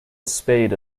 spade